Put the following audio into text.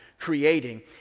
Creating